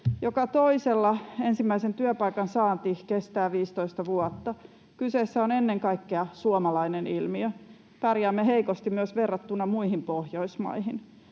Joka toisella ensimmäisen työpaikan saanti kestää 15 vuotta. Kyseessä on ennen kaikkea suomalainen ilmiö. Pärjäämme heikosti myös verrattuna muihin Pohjoismaihin.